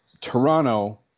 Toronto